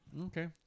Okay